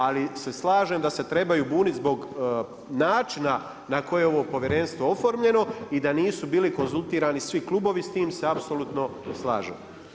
Ali se slažem da se trebaju bunit zbog načina na koje je ovo povjerenstvo oformljeno i da nisu bili konzultirani svi klubovi s tim se apsolutno slažem.